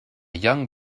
young